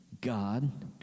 God